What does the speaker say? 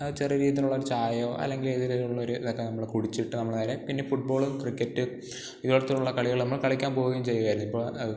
ചെറു രീതിയിലുള്ളൊരു ചായയോ അല്ലെങ്കിൽ ഏതെങ്കിലും ഉള്ളൊരു ഇതൊക്കെ നമ്മൾ കുടിച്ചിട്ടു നമ്മൾ നേരെ പിന്നെ ഫുട് ബോളും ക്രിക്കറ്റും ഇതുപോലത്തുള്ള കളികൾ നമ്മൾ കളിക്കാൻ പോകുകയും ചെയ്യുകയായിരുന്നു ഇപ്പോൾ അത്